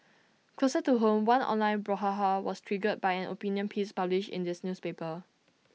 closer to home one online brouhaha was triggered by an opinion piece published in this newspaper